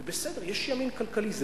בסדר, יש ימין כלכלי, זה